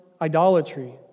idolatry